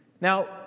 Now